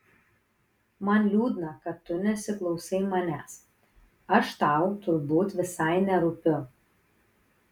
man liūdna kad tu nesiklausai manęs aš tau turbūt visai nerūpiu